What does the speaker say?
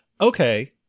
okay